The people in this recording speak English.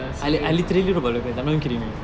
serious ah